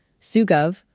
Sugov